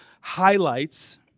highlights